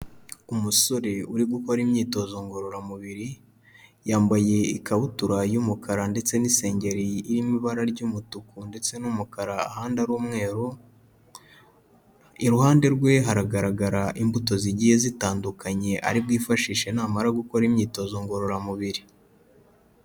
Umusore uri gukora imyitozo ngororamubiri, yambaye ikabutura y'umukara ndetse n'isengeri iri mu ibara ry'umutuku ndetse n'umukara ahandi ari umweru, iruhande rwe haragaragara imbuto zigiye zitandukanye ari bwifashishe namara gukora imyitozo ngororamubiri.